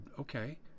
okay